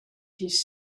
his